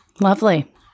lovely